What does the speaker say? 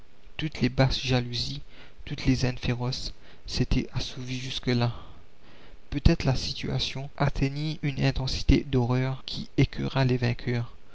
toutes les basses jalousies toutes les haines féroces s'étaient assouvies jusque-là peut-être la situation atteignit une intensité d'horreur qui écœura les vainqueurs